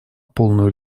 полную